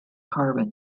carbon